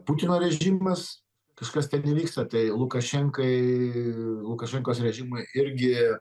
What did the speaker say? putino režimas kažkas ten įvyksta tai lukašenkai lukašenkos režimui irgi